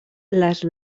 les